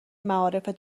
معارف